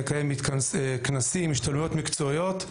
מקיים כנסים והשתלמויות מקצועיות,